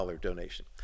donation